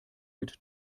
mit